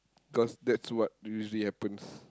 cause that's what usually happens